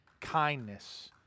kindness